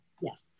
Yes